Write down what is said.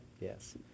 Yes